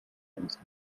eines